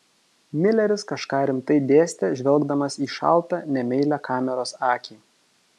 mileris kažką rimtai dėstė žvelgdamas į šaltą nemeilią kameros akį